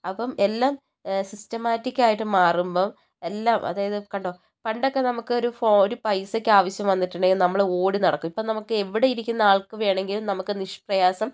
അപ്പം എല്ലാം സിസ്റ്റമാറ്റിക് ആയിട്ട് മാറുമ്പം എല്ലാം അതായത് കണ്ടോൾ പണ്ടൊക്കെ നമുക്ക് ഒരു ഫോ പൈസയ്ക്ക് ആവശ്യം വന്നിട്ടുണ്ടെങ്കിൽ നമ്മള് ഓടിനടക്കും ഇപ്പോൾ നമുക്ക് എവിടെയിരിക്കുന്ന ആൾക്ക് വേണമെങ്കിലും നമുക്ക് നിഷ്പ്രയാസം